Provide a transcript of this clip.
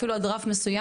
אפילו עד רף מסוים.